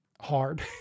hard